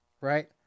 Right